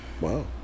Wow